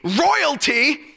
royalty